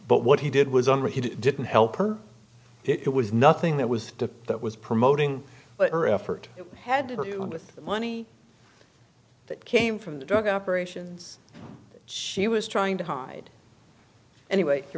but what he did was under he didn't help her it was nothing that was the that was promoting her effort it had to do and with the money that came from the drug operations she was trying to hide anyway the